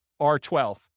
R12